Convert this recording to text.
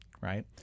right